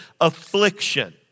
affliction